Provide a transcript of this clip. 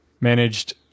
managed